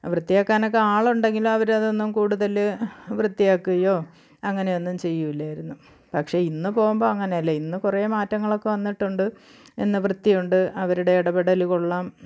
വൃത്തിയാക്കാനൊക്കെ ആളുണ്ടെങ്കിലും അവർ അതൊന്നും കൂടുതൽ വൃത്തിയാക്കുകയോ അങ്ങനെയൊന്നും ചെയ്യില്ലായിരുന്നു പക്ഷേ ഇന്ന് പോകുമ്പം അങ്ങനെയല്ല ഇന്ന് കുറേ മാറ്റങ്ങളൊക്കെ വന്നിട്ടുണ്ട് ഇന്ന് വൃത്തിയുണ്ട് അവരുടെ ഇടപെടൽ കൊള്ളാം